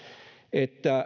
että